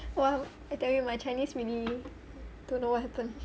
!wow! I tell you my chinese really don't know what happen